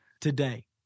today